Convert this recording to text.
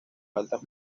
altas